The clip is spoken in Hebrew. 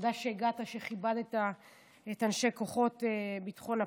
תודה שהגעת, שכיבדת את אנשי כוחות ביטחון הפנים,